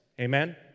Amen